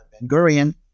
Ben-Gurion